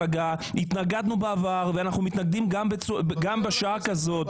התנגדנו בעבר ואנחנו מתנגדים גם בשעה כזאת.